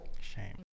Shame